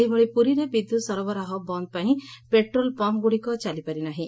ସେହିଭଳି ପୁରୀରେ ବିଦ୍ୟତ୍ ସରବରାହ ବନ୍ଦ ପାଇଁ ପେଟ୍ରୋଲ୍ ପମ୍ମଗୁଡ଼ିକ ଚାଲିପାରି ନାହିଁ